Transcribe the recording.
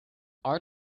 our